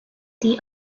the